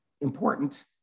important